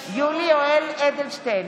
יולי יואל אדלשטיין,